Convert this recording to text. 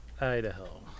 Idaho